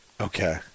Okay